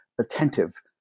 attentive